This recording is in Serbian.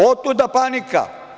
Otuda panika.